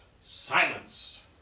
silence